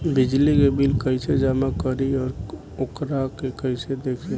बिजली के बिल कइसे जमा करी और वोकरा के कइसे देखी?